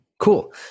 cool